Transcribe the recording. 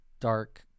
dark